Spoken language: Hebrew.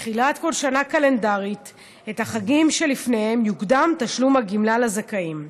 בתחילת כל שנה קלנדרית את החגים שלפניהם יוקדם תשלום הגמלה לזכאים,